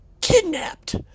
Kidnapped